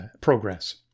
progress